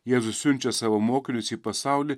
jėzus siunčia savo mokinius į pasaulį